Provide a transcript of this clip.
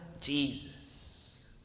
jesus